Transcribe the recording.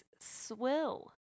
swill